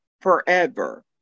forever